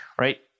Right